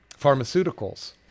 pharmaceuticals